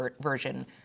version